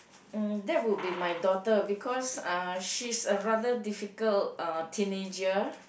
mm that would be my daughter because uh she is a rather difficult uh teenager